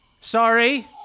sorry